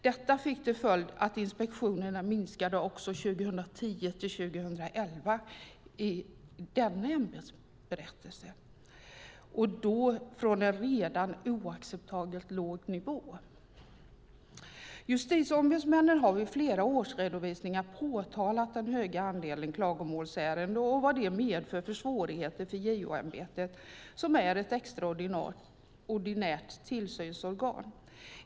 Detta fick till följd att inspektionerna minskade också för perioden 2010-2011 enligt den ämbetsberättelsen. Det var från en redan oacceptabelt låg nivå. Justitieombudsmännen har i flera årsredovisningar påtalat den höga andelen klagomålsärenden och vad det medför för svårigheter för JO-ämbetet, som är ett extraordinärt tillsynsorgan.